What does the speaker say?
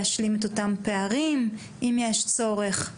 להשלים פערים במקרה הצורך,